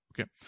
Okay